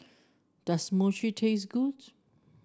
does Mochi taste good